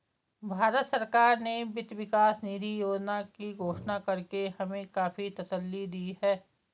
भारत सरकार ने वित्त विकास निधि योजना की घोषणा करके हमें काफी तसल्ली दी है